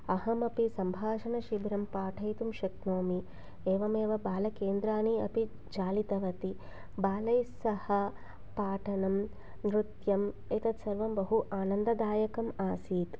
अहमपि सम्भाषणशिबिरं पाठयितुं शक्नोमि एवमेव बालकेन्द्राणि अपि चालितवती बालैस्सह पाठनं नृत्यम् एतद् सर्वं बहु आनन्ददायकम् आसीत्